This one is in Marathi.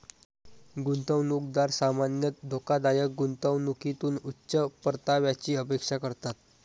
गुंतवणूकदार सामान्यतः धोकादायक गुंतवणुकीतून उच्च परताव्याची अपेक्षा करतात